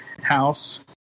house